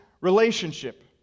relationship